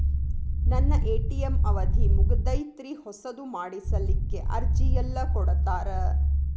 ನನ್ನ ಎ.ಟಿ.ಎಂ ಅವಧಿ ಮುಗದೈತ್ರಿ ಹೊಸದು ಮಾಡಸಲಿಕ್ಕೆ ಅರ್ಜಿ ಎಲ್ಲ ಕೊಡತಾರ?